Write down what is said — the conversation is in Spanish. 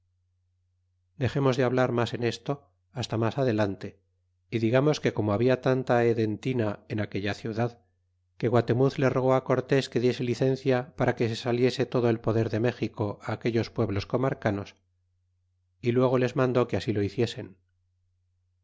dexemos de hablar mas en esto hasta mas adelante y digamos que como habla tanta hedentina en aquella ciudad que guatemuz le rogó á cortés que diese licencia para que se saliese todo el poder de méxico aquellos pueblos comarcanos y luego les mandó que así lo hiciesen